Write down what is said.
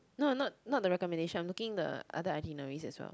no not not the recommendation I'm looking the other itineraries as well